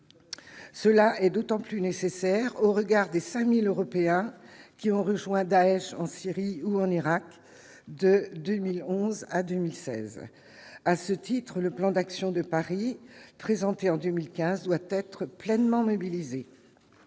Cela est d'autant plus nécessaire au regard des 5000 Européens qui ont rejoint Daech en Syrie ou en Irak de 2011 à 2016, à ce titre, le plan d'action de Paris présenté en 2015 doit être pleinement mobilisés